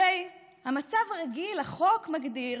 הרי במצב הרגיל החוק מגדיר